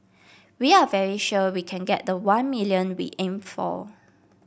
we are very sure we can get the one million we aimed for